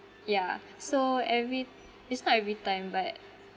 yeah so every it's not every time but